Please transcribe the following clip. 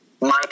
Mike